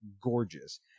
Gorgeous